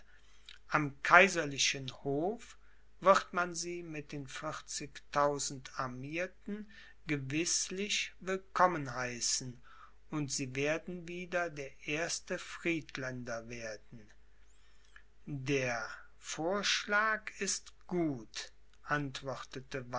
am kaiserlichen hof wird man sie mit den vierzigtausend armierten gewißlich willkommen heißen und sie werden wieder der erste friedländer werden der vorschlag ist gut antwortete